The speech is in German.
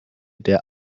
der